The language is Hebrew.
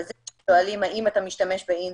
אבל זה כששואלים האם אתה משתמש באינטרנט,